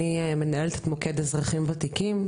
אני מנהלת את מוקד אזרחים ותיקים,